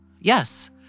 Yes